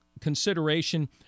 consideration